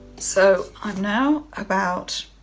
so i'm now about,